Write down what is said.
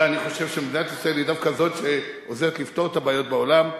אני חושב שמדינת ישראל היא דווקא זו שעוזרת לפתור את הבעיות בעולם.